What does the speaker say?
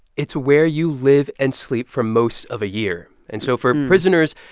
it's where you live and sleep for most of a year. and so for prisoners,